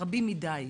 רבים מדי.